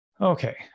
Okay